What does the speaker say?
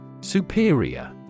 Superior